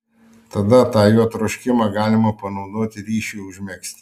tada tą jo troškimą galima panaudoti ryšiui užmegzti